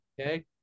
Okay